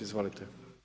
Izvolite.